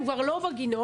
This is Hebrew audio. הם כבר לא בגינות.